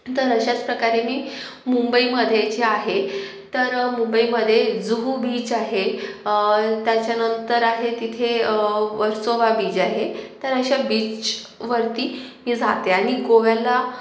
तर अशाच प्रकारे मी मुंबईमध्ये जे आहे तर मुंबईमध्ये जुहू बीच आहे त्याच्यानंतर आहे तिथे वर्सोवा बीज आहे तर अशा बीचवरती मी जाते आणि गोव्याला